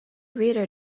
reader